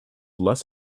less